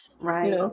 Right